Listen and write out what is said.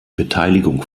beteiligung